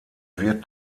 wird